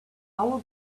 our